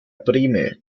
brehme